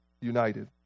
united